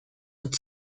und